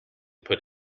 put